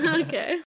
Okay